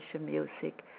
music